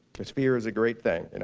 because fear is a great thing. and